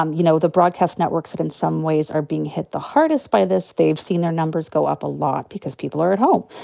um you know, the broadcast networks have in some ways, are being hit the hardest by this. they've seen their numbers go up a lot because people are at home.